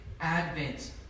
Advent